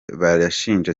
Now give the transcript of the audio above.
barashinja